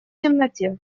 темноте